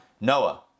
noah